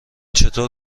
چطور